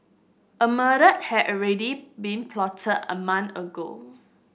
a murder had already been plotted a month ago